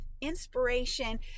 inspiration